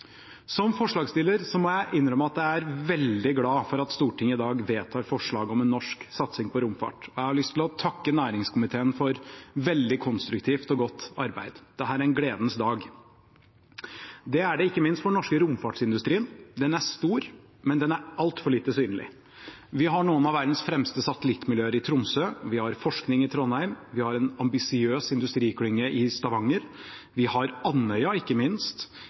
Som en av forslagsstillerne må jeg innrømme at jeg er veldig glad for at Stortinget i dag vedtar forslag om en norsk satsing på romfart, og jeg har lyst til å takke næringskomiteen for veldig konstruktivt og godt arbeid. Dette er en gledens dag. Det er det ikke minst for den norske romfartsindustrien. Den er stor, men den er altfor lite synlig. Vi har noen av verdens fremste satellittmiljøer i Tromsø. Vi har forskning i Trondheim. Vi har en ambisiøs industriklynge i Stavanger. Vi har Andøya, ikke minst.